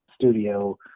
studio